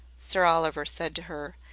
sir oliver said to her,